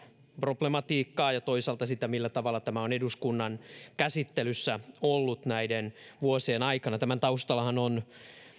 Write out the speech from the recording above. problematiikkaa ja toisaalta sitä millä tavalla tämä on eduskunnan käsittelyssä ollut näiden vuosien aikana tämän taustallahan ovat